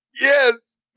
Yes